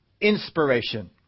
inspiration